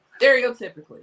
stereotypically